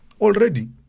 already